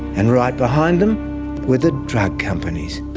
and right behind them were the drug companies,